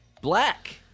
black